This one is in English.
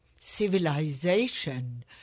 civilization